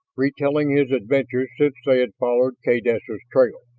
retelling his adventures since they had followed kaydessa's trail,